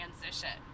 transition